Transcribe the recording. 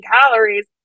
calories